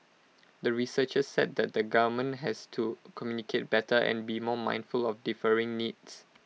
the researchers said that the government has to communicate better and be more mindful of differing needs